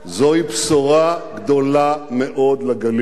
זוהי בשורה גדולה מאוד לגליל,